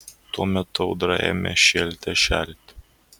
tuo metu audra ėmė šėlte šėlti